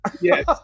Yes